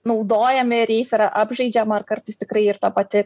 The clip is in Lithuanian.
naudojami ir jais yra apžaidžiama ar kartais tikrai ir ta pati